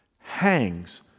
hangs